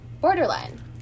borderline